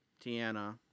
Tiana